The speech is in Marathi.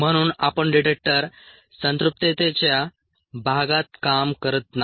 म्हणून आपण डिटेक्टर संतृप्ततेच्या भागात काम करत नाही